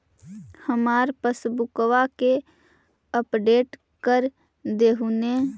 हमार पासबुकवा के अपडेट कर देहु ने?